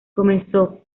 comenzó